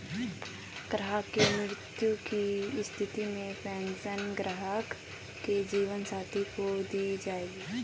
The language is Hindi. ग्राहक की मृत्यु की स्थिति में पेंशन ग्राहक के जीवन साथी को दी जायेगी